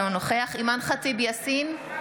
אינו נוכח אימאן ח'טיב יאסין,